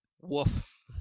Woof